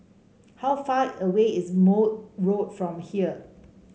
how far away is Maude Road from here